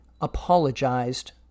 apologized